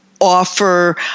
offer